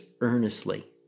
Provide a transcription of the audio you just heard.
earnestly